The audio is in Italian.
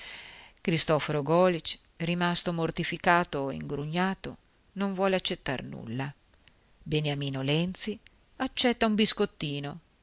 cristoforo golisch rimasto mortificato e ingrugnato non vuole accettar nulla beniamino lenzi accetta un biscottino